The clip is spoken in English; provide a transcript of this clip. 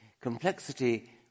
Complexity